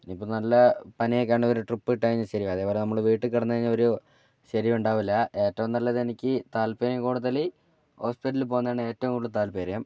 എനിയിപ്പോൾ നല്ല പനിയൊക്കെ ആണെങ്കിൽ ഒരു ട്രിപ്പിട്ടു കഴിഞ്ഞാൽ ശരിയാവും അതേപോലെ നമ്മൾ വീട്ടിൽക്കിടന്ന് കഴിഞ്ഞാൽ ഒരു ശരിയുണ്ടാവില്ല ഏറ്റവും നല്ലത് എനിക്ക് താല്പര്യം കൂടുതൽ ഹോസ്പിറ്റലിൽ പോകുന്നതാണ് ഏറ്റവും കൂടുതൽ താല്പര്യം